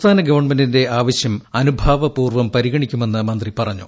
സംസ്ഥാന ഗവൺമെന്റിന്റെ ആവശ്യം അനുഭാവപൂർവ്വം പരിഗണിക്കുമെന്ന് മന്ത്രി പറഞ്ഞു